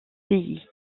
pays